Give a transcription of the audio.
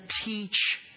teach